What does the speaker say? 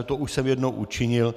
To už jsem jednou učinil.